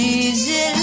easy